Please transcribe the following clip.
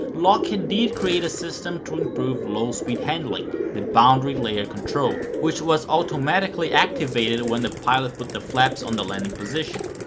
lockheed did create a system to improve low speed handling the boundary layer control which was automatically activated when the pilot put the flaps on the landing position.